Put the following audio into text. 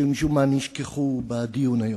שמשום מה נשכחו בדיון היום.